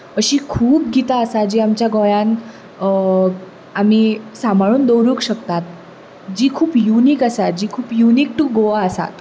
अशीं खूब गितां आसात जीं आमच्या गोंयांत आमी सांबाळून दवरूंक शकतात जीं खूब युनीक आसात जी खूब युनीक टू गोवा आसात